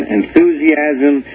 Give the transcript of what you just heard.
enthusiasm